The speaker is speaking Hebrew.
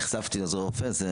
בתואר.